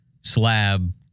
slab